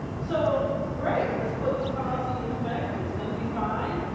so great, let's put this policy in effect, it's gonna be fine.